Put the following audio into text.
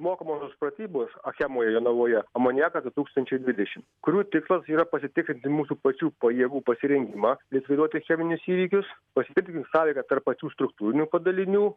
mokomosios pratybos achemoje jonavoje amoniaka du tūkstančiai dvidešimt kurių tikslas yra pasitikrinti mūsų pačių pajėgų pasirengimą likviduoti cheminius įvykius pastiprinti sąveiką tarp pačių struktūrinių padalinių